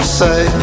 say